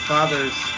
Father's